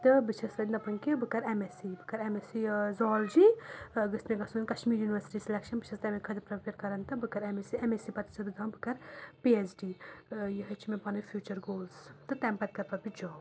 تہٕ بہٕ چھَس وۄنۍ دَپان کہِ بہٕ کَرٕ ایٚم ایٚس سی بہٕ کَرٕ ایٚم ایٚس سی ٲں زوالجی گٔژھہِ مےٚ گژھُن کَشمیٖر یوٗنیورسٹی سِلیٚکشَن بہٕ چھَس تَمہِ خٲطرٕ پرٛیٚپیر کَران تہٕ بہٕ کَرٕ M S C M S C پَتہٕ چھَس بہٕ دَپان بہٕ کَرٕ پی ایٚچ ڈی ٲں یِہٲے چھِ مےٚ پَنٕنۍ فیوٗچَر گولٕز تہٕ تَمہِ پَتہٕ کَرٕ پَتہٕ بہٕ جاب